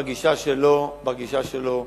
בגישה שלו,